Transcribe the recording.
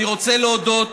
אני רוצה להודות